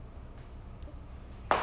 I'm waiting for the next season kind of